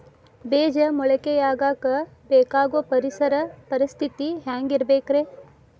ಬೇಜ ಮೊಳಕೆಯಾಗಕ ಬೇಕಾಗೋ ಪರಿಸರ ಪರಿಸ್ಥಿತಿ ಹ್ಯಾಂಗಿರಬೇಕರೇ?